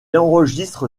enregistre